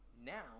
now